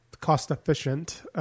cost-efficient